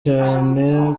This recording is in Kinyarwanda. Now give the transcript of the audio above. cyane